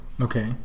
Okay